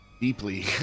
deeply